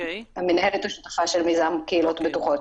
מנהלת של מיזם קהילות בטוחות.